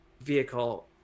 vehicle